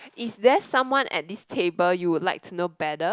if there someone at this table you would like to know better